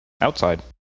outside